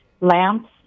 lamps